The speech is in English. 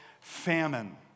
famine